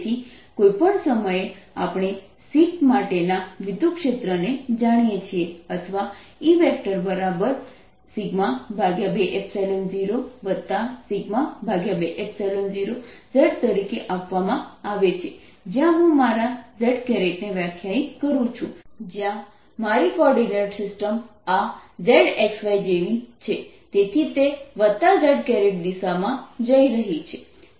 તેથી કોઈપણ સમયે આપણે શીટ માટેના વિદ્યુતક્ષેત્ર ને જાણીએ છીએ અથવા E20 20 z તરીકે આપવામાં આવે છે જ્યાં હું મારા z ને વ્યાખ્યાયિત કરું છું જ્યાં મારી કોઓર્ડીનેટ સિસ્ટમ આ z x y જેવી છે તેથી તે z દિશામાં જઈ રહી છે